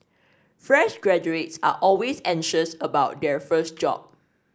fresh graduates are always anxious about their first job